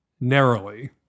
Narrowly